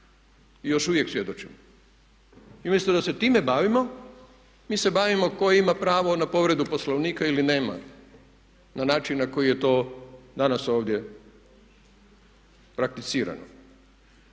i još uvijek svjedočimo. I umjesto da se time bavimo mi se bavimo tko ima pravo na povredu Poslovnika ili nema, na način na koji je to danas ovdje prakticirano.